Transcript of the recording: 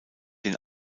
den